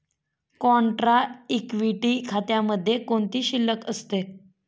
Contra equity खात्यामध्ये कोणती शिल्लक असते?